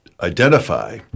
identify